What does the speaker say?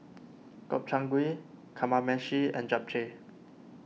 Gobchang Gui Kamameshi and Japchae